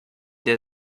der